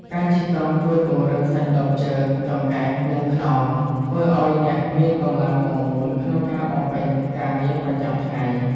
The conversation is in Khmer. ការជិះកង់ជួយពង្រឹងសាច់ដុំជើង ចង្កេះ និងខ្នង ធ្វើឱ្យអ្នកមានកម្លាំងមាំមួនក្នុងការបំពេញការងារប្រចាំថ្ងៃ។